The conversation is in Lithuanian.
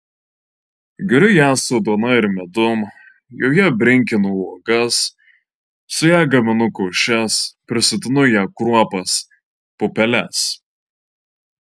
geriu ją su duona ir medum joje brinkinu uogas su ja gaminu košes prisotinu ja kruopas pupeles